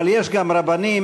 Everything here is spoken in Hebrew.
אבל יש גם רבנים,